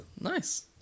Nice